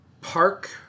park